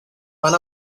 van